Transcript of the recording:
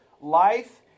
life